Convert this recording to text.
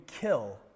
kill